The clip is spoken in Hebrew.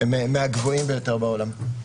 הם מהגבוהים ביותר בעולם.